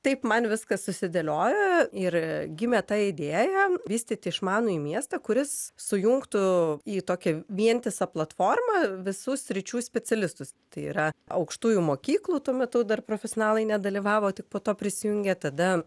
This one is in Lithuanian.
taip man viskas susidėliojo ir gimė ta idėja vystyti išmanųjį miestą kuris sujungtų į tokią vientisą platformą visų sričių specialistus tai yra aukštųjų mokyklų tuo metu dar profesionalai nedalyvavo tik po to prisijungė tada